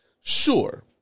sure